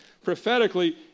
prophetically